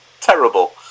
terrible